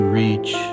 reach